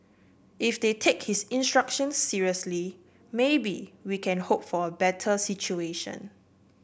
if they take his instructions seriously maybe we can hope for a better situation